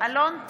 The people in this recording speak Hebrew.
אלון טל,